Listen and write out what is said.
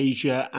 Asia